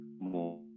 more